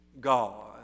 God